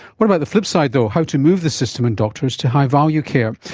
what about the flipside though? how to move the system and doctors to high-value care?